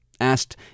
asked